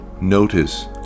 Notice